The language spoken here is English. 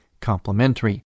complementary